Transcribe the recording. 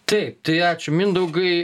taip tai ačiū mindaugai